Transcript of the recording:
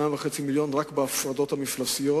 2.5 מיליונים רק בהפרדות המפלסיות.